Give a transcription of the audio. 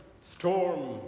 storm